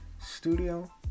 studio